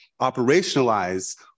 operationalize